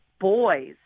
boys